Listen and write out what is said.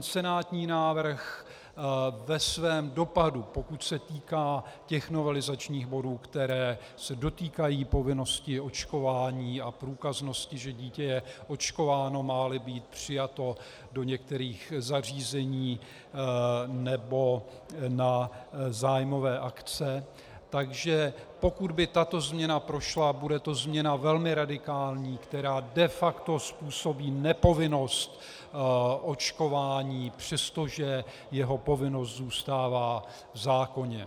Senátní návrh ve svém dopadu, pokud se týká novelizačních bodů, které se dotýkají povinnosti očkování a průkaznosti, že dítě je očkováno, máli být přijato do některých zařízení nebo na zájmové akce, takže pokud by tato změna prošla, bude to změna velmi radikální, která de facto způsobí nepovinnost očkování, přestože jeho povinnost zůstává v zákoně.